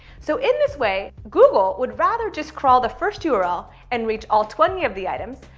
so in this way google would rather just crawl the first yeah url and reach all twenty of the items.